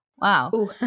Wow